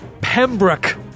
Pembroke